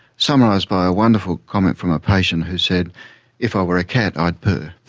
summarised by a wonderful comment from a patient who said if i were a cat i'd purr.